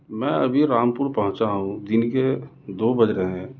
میں ابھی رامپور پہنچا ہوں دن کے دو بج رہے ہیں